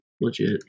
legit